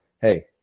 hey